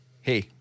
hey